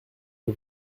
des